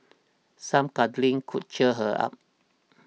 some cuddling could cheer her up